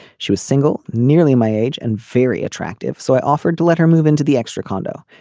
she was single nearly my age and very attractive so i offered to let her move into the extra condo.